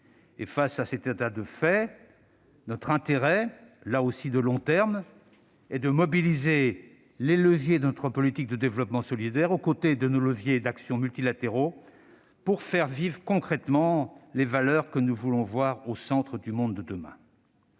Face à cet état de fait, notre intérêt- là aussi, de long terme -est de mobiliser les leviers de notre politique de développement solidaire, aux côtés de nos leviers d'action multilatéraux, pour faire vivre concrètement les valeurs que nous voulons voir au centre du monde de demain.